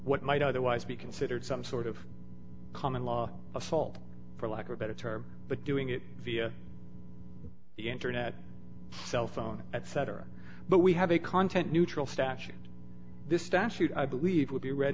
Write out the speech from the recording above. what might otherwise be considered some sort of common law assault for lack of a better term but doing it via the internet cell phone etc but we have a content neutral statute this statute i believe would be re